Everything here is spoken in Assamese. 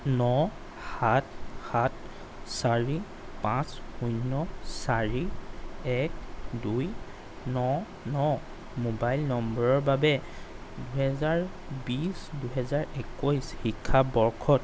ন সাত সাত চাৰি পাঁচ শূন্য চাৰি এক দুই ন ন মোবাইল নম্বৰৰ বাবে দুহেজাৰ বিছ আৰু দুহেজাৰ একৈছ শিক্ষাবৰ্ষত